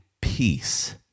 peace